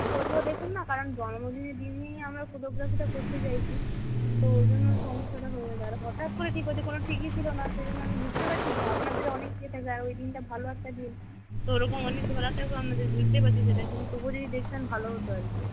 তবুও দেখুন না কারণ জন্মদিনের দিনই আমরা ফটোগ্রাফিটা করতে চাইছি তো ওই জন্য সমস্যাটা হয়ে হঠাৎ করে ঠিক হয়েছে কোনো ঠিকই ছিল না সেই জন্য আমি বুঝতে পারছি আপনাদের অনেক থাকবে ওই দিনটা ভালো একটা দিন তো ওরকম অনেক ধরা থাকবে আপনাদের বুঝতেই পারছি সেটা কিন্তু তবুও যদি দেখতেন ভালো হতো আর কি